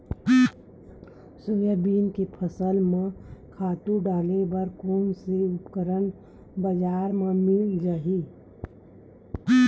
Soybean के फसल म खातु डाले बर कोन से उपकरण बजार म मिल जाहि?